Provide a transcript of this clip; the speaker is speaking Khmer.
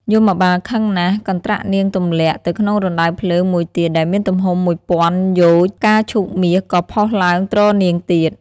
យមបាលខឹងណាស់ កន្ត្រាក់នាងទម្លាក់ ទៅក្នុងរណ្តៅភ្លើងមួយទៀតដែលមានទំហំមួយពាន់យោជន៍ ផ្កាឈូកមាសក៏ ផុសឡើងទ្រនាងទៀត ។